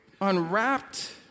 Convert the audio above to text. unwrapped